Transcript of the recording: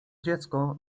dziecko